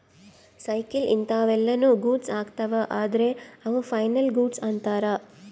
cycle ಇಂತವೆಲ್ಲ ನು goods ಅಗ್ತವ ಅದ್ರ ಅವು ಫೈನಲ್ ಗೂಡ್ಸ್ ಅಂತರ್